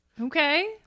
Okay